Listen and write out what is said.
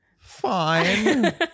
Fine